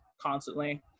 constantly